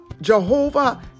Jehovah